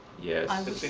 yes. um